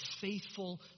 faithful